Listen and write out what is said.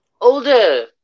older